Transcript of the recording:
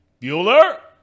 Bueller